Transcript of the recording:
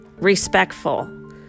respectful